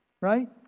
right